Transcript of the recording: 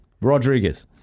Rodriguez